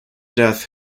death